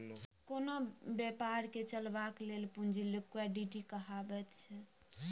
कोनो बेपारकेँ चलेबाक लेल पुंजी लिक्विडिटी कहाबैत छै